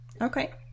Okay